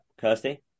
Kirsty